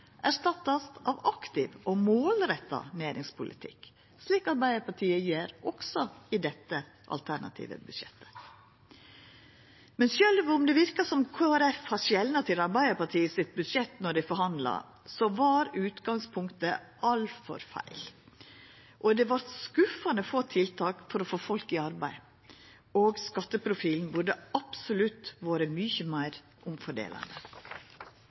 erstattast av ein aktiv og målretta næringspolitikk, slik Arbeidarpartiet gjer også i dette alternative budsjettet. Men sjølv om det verkar som om Kristeleg Folkeparti har skjegla til Arbeidarpartiets budsjett då dei forhandla, var utgangspunktet altfor feil. Det vart skuffande få tiltak for å få folk i arbeid, og skatteprofilen burde absolutt ha vore mykje meir omfordelande. 1,5-gradersrapporten til FNs klimapanel kom med eit alvorleg varsku om